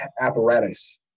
apparatus